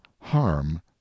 harm